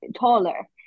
taller